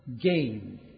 gain